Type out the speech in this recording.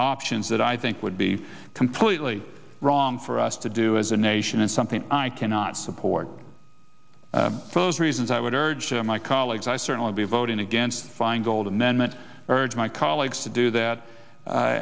options that i think would be completely wrong for us to do as a nation and something i cannot support for those reasons i would urge my colleagues i certainly be voting against feingold amendment urge my colleagues to do that